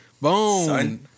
Boom